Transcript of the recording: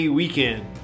weekend